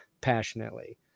passionately